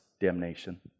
damnation